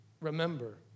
remember